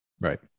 right